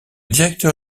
directeur